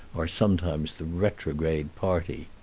are sometimes the retrograde party.